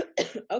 Okay